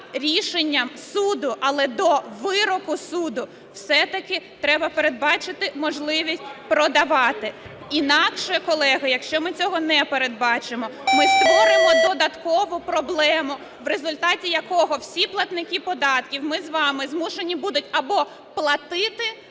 рішенням суду. Але до вироку суду все-таки треба передбачити можливість продавати. Інакше, колеги, якщо ми цього не передбачимо, ми створимо додаткову проблему, в результаті якої всі платники податків, ми з вами, змушені будуть або платити за